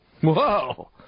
whoa